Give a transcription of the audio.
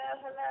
hello